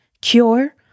cure